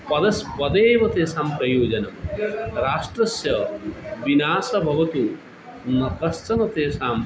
पदस्य पदमेव तेषां प्रयोजनं राष्ट्रस्य विनाशः भवतु न कश्चन तेषां